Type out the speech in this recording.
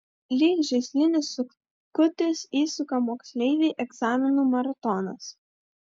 lyg žaislinis sukutis įsuka moksleivį egzaminų maratonas